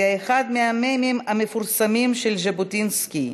היה אחד המ"מים המפורסמים של ז'בוטינסקי,